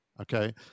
okay